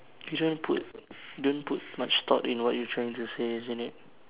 you don't put don't put much thought in what you trying to say isn't it